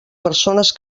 persones